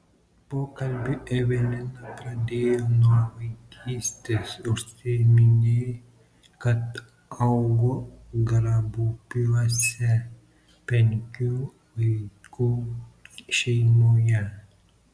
pokalbį evelina pradėjo nuo vaikystės užsiminė kad augo grabupiuose penkių vaikų šeimoje